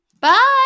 Bye